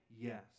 Yes